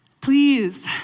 Please